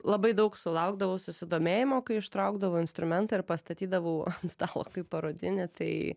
labai daug sulaukdavau susidomėjimo kai ištraukdavau instrumentą ir pastatydavau stalo kaip parodinį tai